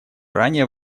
ранее